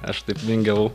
aš taip vingiavau